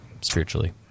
spiritually